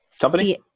company